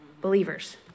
believers